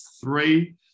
three